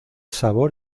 sabor